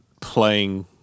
playing